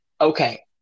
Okay